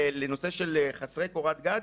לנושא של חסרי קורת גג,